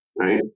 right